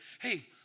Hey